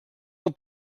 del